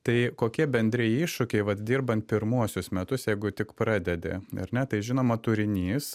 tai kokie bendri iššūkiai vat dirbant pirmuosius metus jeigu tik pradedi ar ne tai žinoma turinys